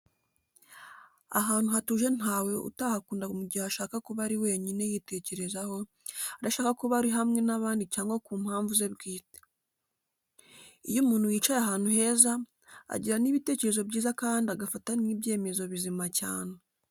Ahantu hatuje nta we utahakunda mu gihe ashaka kuba ari wenyine yitekerezaho, adashaka kuba ari hamwe n'abandi cyangwa ku mpamvu ze bwite. Iyo umuntu yicaye ahantu heza, agira n'ibitekerezo byiza kandi agafata n'ibyemezo bizima cyane.